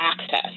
access